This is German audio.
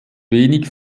wenig